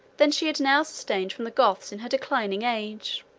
than she had now sustained from the goths in her declining age.